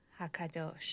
Hakadosh